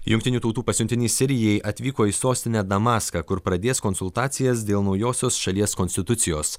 jungtinių tautų pasiuntinys sirijai atvyko į sostinę damaską kur pradės konsultacijas dėl naujosios šalies konstitucijos